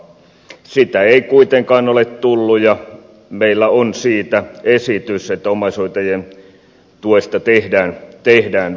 sitä ei kuitenkaan ole tullut ja meillä on siitä esitys että omaishoitajien tuesta tehdään verovapaata